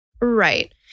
Right